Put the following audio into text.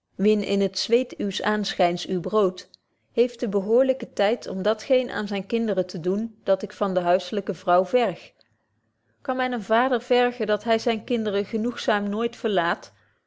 in t zweet uws aanschyns uw brood heeft de behoorlyke tyd om dat geen aan zyne kinderen te doen dat ik van de huiselyke vrouw verg kan men een vader vergen dat hy zyne kinderen genoegzaam nooit verlaat